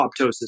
apoptosis